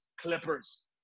Clippers